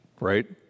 right